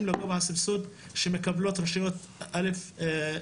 לגובה הסבסוד שמקבלות רשויות א'2.